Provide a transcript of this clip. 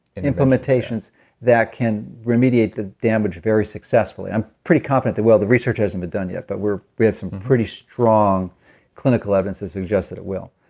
and implementations that can remediate the damage very successfully. i'm pretty confident that. well, the research hasn't been done yet, but we have some pretty strong clinical evidence to suggest that it will.